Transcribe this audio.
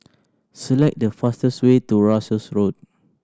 select the fastest way to Russels Road